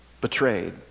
betrayed